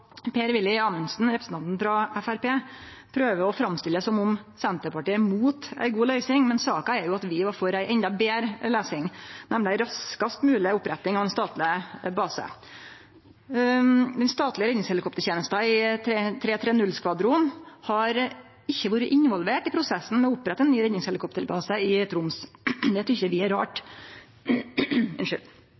representanten frå Framstegspartiet, prøver å framstille det som om Senterpartiet er imot ei god løysing, men saka er at vi var for ei endå betre løysing, nemleg ei raskast mogleg oppretting av ein statleg base. Den statlege redningshelikoptertenesta i 330-skvadronen har ikkje vore involvert i prosessen med å opprette ein ny redningshelikopterbase i Troms. Det tykkjer vi er rart.